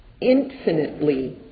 infinitely